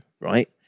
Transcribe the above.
right